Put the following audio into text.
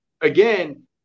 again